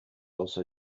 also